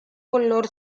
color